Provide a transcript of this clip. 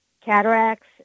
cataracts